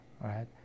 right